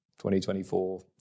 2024